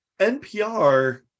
NPR